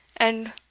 and